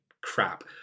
crap